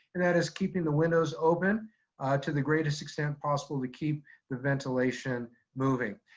and that is keeping the windows open to the greatest extent possible to keep the ventilation moving.